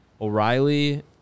O'Reilly